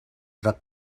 rak